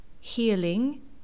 healing